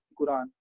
Quran